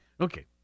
Okay